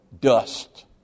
dust